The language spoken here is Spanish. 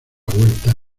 vuelta